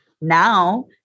Now